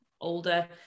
older